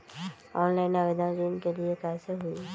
Online आवेदन ऋन के लिए कैसे हुई?